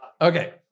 Okay